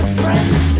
friends